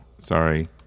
sorry